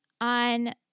on